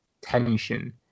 tension